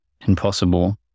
impossible